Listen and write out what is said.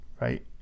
right